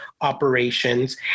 operations